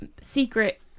secret